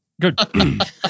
good